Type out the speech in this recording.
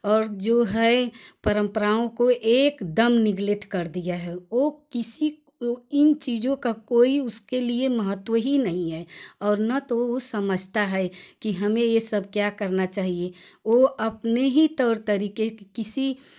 और जो है परंपराओं को एकदम नेगलेट कर दिया ओ किसी इन चीज़ों का कोई उसके लिए महत्व हीं नहीं है और ना तो वह समझता है की हमें यह सब क्या करना चाहिए वह अपने हीं तौर तरीके किसी